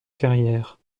carrière